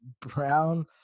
brown